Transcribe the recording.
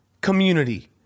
community